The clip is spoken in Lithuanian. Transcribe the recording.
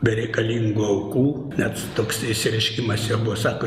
bereikalingų aukų net su toks ir išsireiškimas jo buvo sako